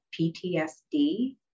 PTSD